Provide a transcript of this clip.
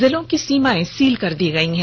जिलों की सीमाएं सील कर दी गयी है